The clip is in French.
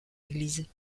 églises